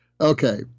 Okay